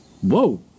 Whoa